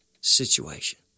situation